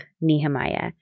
Nehemiah